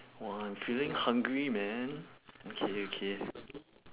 !wah! I'm feeling hungry man okay okay